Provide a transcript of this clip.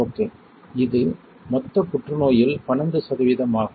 okay இது மொத்த புற்றுநோயில் 12 சதவிகிதம் ஆகும்